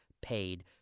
paid